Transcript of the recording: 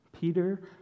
Peter